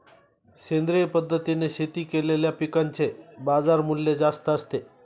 सेंद्रिय पद्धतीने शेती केलेल्या पिकांचे बाजारमूल्य जास्त असते